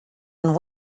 and